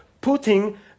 putting